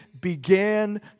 began